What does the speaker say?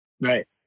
Right